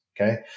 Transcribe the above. Okay